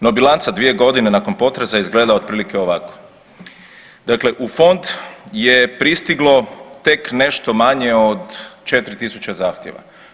No bilanca dvije godine nakon potresa izgleda otprilike ovako: dakle u fond je pristiglo tek nešto manje od 4000 zahtjeva.